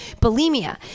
bulimia